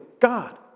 god